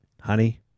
Honey